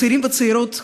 הצעירים והצעירות,